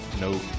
no